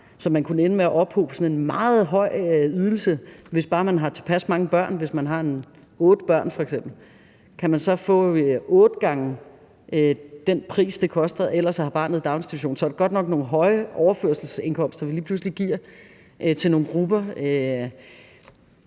så man kunne ende med at ophobe sådan en meget høj ydelse, hvis bare man har tilpas mange børn. Hvis man f.eks. har otte børn, ville man så kunne få otte gange den pris, det ellers koster at have barnet i daginstitution? Så er det godt nok nogle høje overførselsindkomster, vi lige pludselig giver til nogle grupper.